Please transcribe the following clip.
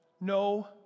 No